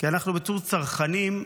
כי בתור צרכנים,